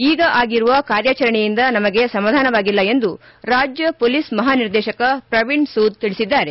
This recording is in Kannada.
ಈಗ ಆಗಿರುವ ಕಾರ್ಯಾಚರಣೆಯಿಂದ ನಮಗೆ ಸಮಾಧಾನವಾಗಿಲ್ಲ ಎಂದು ರಾಜ್ಯ ಪೊಲೀಸ್ ಮಹಾನಿರ್ದೇಶಕ ಶ್ರವೀಣ್ ಸೂದ್ ತಿಳಿಸಿದ್ದಾರೆ